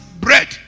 bread